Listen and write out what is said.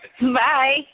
Bye